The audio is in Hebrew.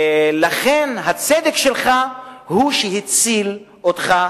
ולכן הצדק שלך הוא שהציל אותך,